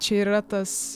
čia ir yra tas